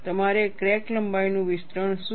તમારે ક્રેક લંબાઈનું વિસ્તરણ શું છે